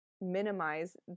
minimize